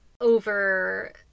over